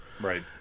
Right